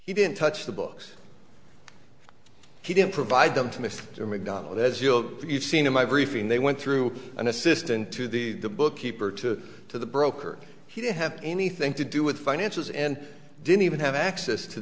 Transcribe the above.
he didn't touch the books he didn't provide them to mr macdonald as you know you've seen in my briefing they went through an assistant to the bookkeeper to to the broker he didn't have anything to do with financials and didn't even have access to